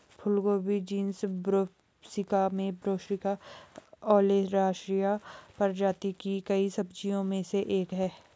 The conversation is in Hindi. फूलगोभी जीनस ब्रैसिका में ब्रैसिका ओलेरासिया प्रजाति की कई सब्जियों में से एक है